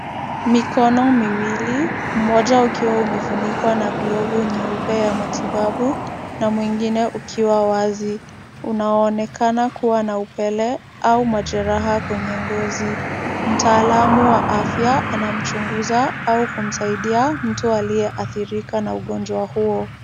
Mikono miwili, mmoja ukiwa umefunikwa na glovu nyeupe ya matibabu na mwingine ukiwa wazi. Unaonekana kuwa na upele au majeraha kwenye ngozi. Mtaalamu wa afya anamchunguza au kumsaidia, mtu aliyeathirika na ugonjwa huo.